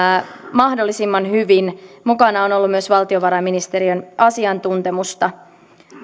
mahdollisimman hyvin mukana on ollut myös valtiovarainministeriön asiantuntemusta